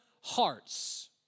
hearts